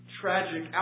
tragic